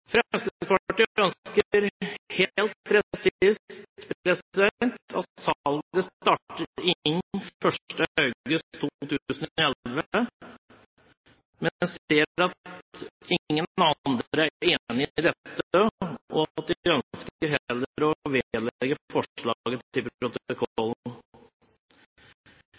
ønsker helt presist at salget starter innen 1. august 2011, men ser at ingen andre er enig i dette, og at de heller ønsker å vedlegge forslaget